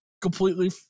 completely